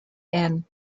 and